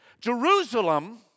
Jerusalem